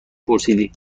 پرسیدی